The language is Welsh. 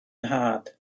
nhad